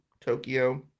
Tokyo